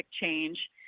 change